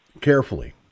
carefully